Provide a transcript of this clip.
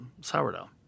sourdough